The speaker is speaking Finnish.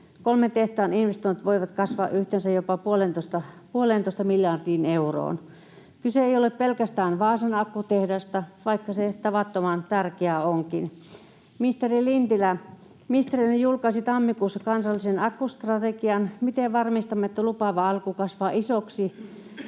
kolmen tehtaan investoinnit voivat kasvaa yhteensä jopa 1,5 miljardiin euroon.” Kyse ei ole pelkästään Vaasan akkutehtaasta, vaikka se tavattoman tärkeä onkin. Ministeri Lintilä, ministeriönne julkaisi tammikuussa kansallisen akkustrategian. Miten varmistamme, että lupaava alku kasvaa isoksi